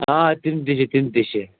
آ تِم تہِ چھِ تِم تہِ چھِ